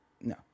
No